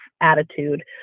attitude